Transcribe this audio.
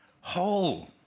whole